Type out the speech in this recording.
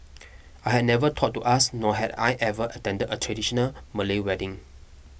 I had never thought to ask nor had I ever attended a traditional Malay wedding